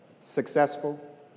successful